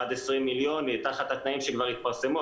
עד 20 מיליון הן תחת התנאים שכבר התפרסמו,